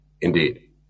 Indeed